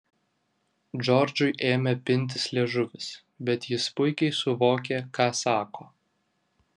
džordžui ėmė pintis liežuvis bet jis puikiai suvokė ką sako